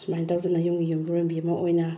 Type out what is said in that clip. ꯁꯨꯃꯥꯏꯅ ꯇꯧꯗꯅ ꯌꯨꯝꯒꯤ ꯌꯨꯝꯕꯨꯔꯦꯝꯕꯤ ꯑꯃ ꯑꯣꯏꯅ